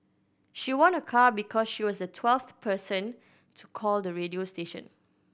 she won a car because she was the twelfth person to call the radio station